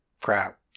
crap